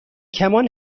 کمان